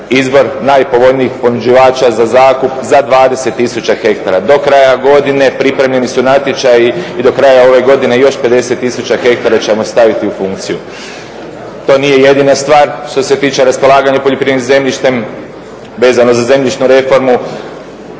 izbor najpovoljnijih ponuđivača za zakup za 20000 ha. Do kraja godine pripremljeni su natječaji i do kraja ove godine još 50000 ha ćemo staviti u funkciju. To nije jedina stvar što se tiče raspolaganja poljoprivrednim zemljištem. Vezano za zemljišnu reformu